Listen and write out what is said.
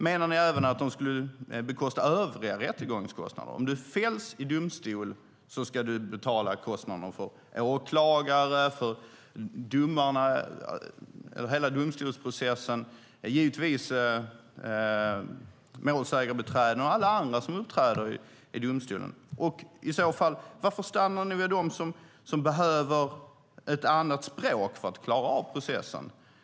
Menar ni även att de ska bekosta övriga rättegångskostnader? Menar ni att om man fälls i domstol ska man betala kostnaderna för hela domstolsprocessen, för åklagare, målsägandebiträden och alla andra som uppträder i domstolen? I så fall: Varför stannar ni vid dem som behöver tolkning till ett annat språk för att klara av processen?